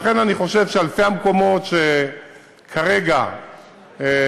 לכן אני חושב שאלפי המקומות שכרגע יהיו